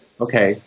okay